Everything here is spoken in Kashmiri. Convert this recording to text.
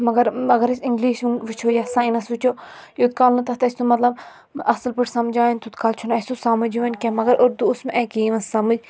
مَگر اَگر أسۍ اِنٛگلِش وٕچھُو یا ساینَس وٕچھُو یوٗت کال نہٕ تتھ أسۍ سُہ مَطلَب اَصٕل پٲٹھۍ سَمجایِن تِیوٗت کال چھنہٕ سُہ اَسہِ سَمٕج یِوان کینٛہہ مَگَر اردوٗ اوس مےٚ اَکی یِوان سَمٕج